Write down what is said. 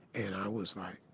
and i was like,